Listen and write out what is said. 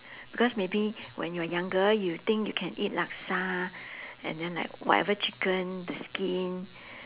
because maybe when you're younger you think you can eat laksa and then like whatever chicken the skin